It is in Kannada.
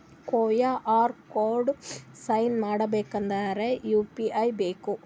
ಕ್ಯೂ.ಆರ್ ಕೋಡ್ ಸ್ಕ್ಯಾನ್ ಮಾಡಬೇಕಾದರೆ ಯು.ಪಿ.ಐ ಬೇಕಾ?